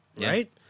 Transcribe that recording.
right